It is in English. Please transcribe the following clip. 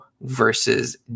versus